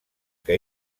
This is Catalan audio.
que